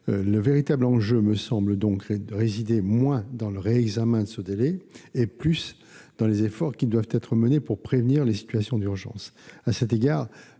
Le véritable enjeu, me semble-t-il, réside donc moins dans le réexamen de ce délai que dans les efforts qui doivent être faits pour prévenir les situations d'urgence. À cet égard,